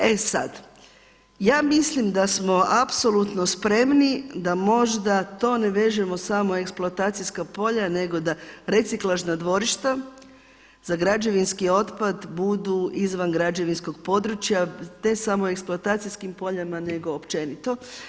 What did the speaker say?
E sada, ja mislim da smo apsolutno spremni da možda to ne vežemo eksploatacijska polja nego da reciklažna dvorišta za građevinski otpad budu izvan građevinskog područja, ne samo eksploatacijskim poljima nego općenito.